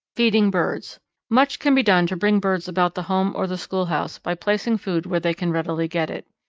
feeding birds much can be done to bring birds about the home or the schoolhouse by placing food where they can readily get it.